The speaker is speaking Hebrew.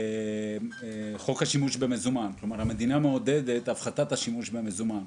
חוק השימוש במזומן: המדינה מעודדת הפחתת השימוש במזומן,